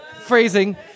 Phrasing